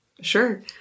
Sure